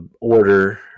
order